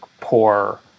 poor